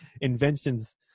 inventions